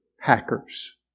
hackers